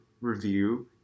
review